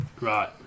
Right